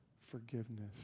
forgiveness